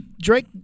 Drake